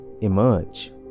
emerge